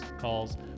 calls